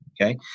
Okay